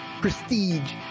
prestige